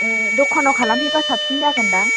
दखानआव खालामफैब्ला साबसिन जागोन दां